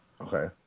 Okay